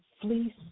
fleece